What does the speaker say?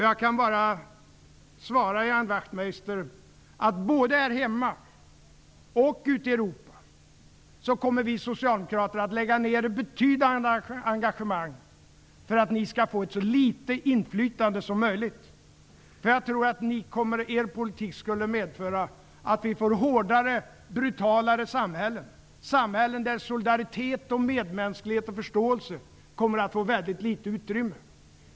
Jag kan bara svara Ian Wachtmeister att både här hemma och ute i Europa kommer vi socialdemokrater att lägga ned ett betydande engagemang för att ni skall få ett så litet inflytande som möjligt. Jag tror att er politik skulle medföra hårdare och brutalare samhällen. Det skulle bli fråga om samhällen där solidaritet, medmänsklighet och förståelse kommer att få väldigt litet utrymme.